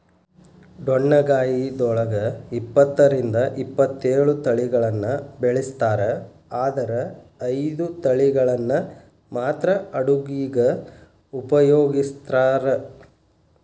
ಡೊಣ್ಣಗಾಯಿದೊಳಗ ಇಪ್ಪತ್ತರಿಂದ ಇಪ್ಪತ್ತೇಳು ತಳಿಗಳನ್ನ ಬೆಳಿಸ್ತಾರ ಆದರ ಐದು ತಳಿಗಳನ್ನ ಮಾತ್ರ ಅಡುಗಿಗ ಉಪಯೋಗಿಸ್ತ್ರಾರ